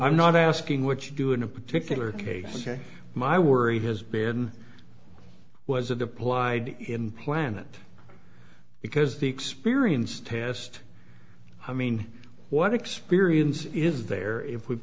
i'm not asking what you do in a particular case ok my worry has been was a deployed in planet because the experience test i mean what experience is there if we've